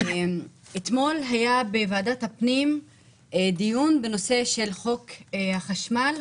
אתמול היה בוועדת הפנים דיון בנושא חוק החשמל,